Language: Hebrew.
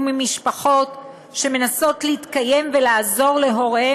ממשפחות שמנסות להתקיים ולעזור להורים